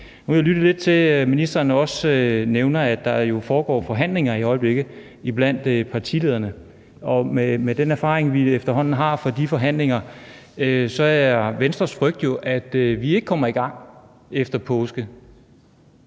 Nu har jeg lyttet lidt til, at ministeren også nævner, at der jo foregår forhandlinger i øjeblikket blandt partilederne, og med den erfaring, vi efterhånden har fra de forhandlinger, er Venstres frygt jo, at vi ikke kommer i gang efter påske.